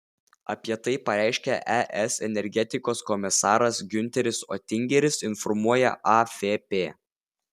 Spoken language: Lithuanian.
apie tai pareiškė es energetikos komisaras giunteris otingeris informuoja afp